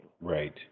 right